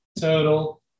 total